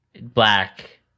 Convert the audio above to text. black